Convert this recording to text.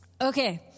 Okay